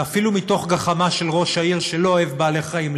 ואפילו מתוך גחמה של ראש העיר שלא אוהב בעלי חיים,